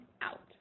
out